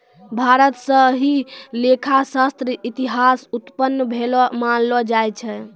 भारत स ही लेखा शास्त्र र इतिहास उत्पन्न भेलो मानलो जाय छै